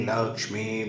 Lakshmi